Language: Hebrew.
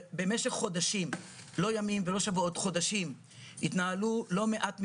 במשך חודשים לא ימים ולא שבועות התנהלו לא מעט מפגשים,